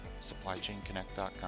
SupplyChainConnect.com